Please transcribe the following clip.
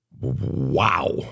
wow